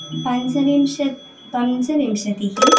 पञ्चविंशतिः पञ्चविंशतिः